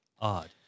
Odd